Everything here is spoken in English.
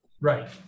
Right